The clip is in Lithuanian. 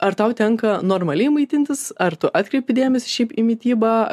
ar tau tenka normaliai maitintis ar tu atkreipi dėmesį šiaip į mitybą